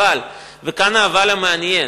אבל, וכאן האבל המעניין,